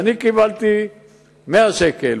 כשאני קיבלתי 100 שקלים,